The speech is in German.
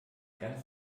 ganz